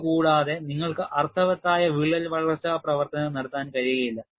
ഇത് കൂടാതെ നിങ്ങൾക്ക് അർത്ഥവത്തായ വിള്ളൽ വളർച്ചാ പ്രവർത്തനം നടത്താൻ കഴിയില്ല